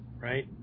right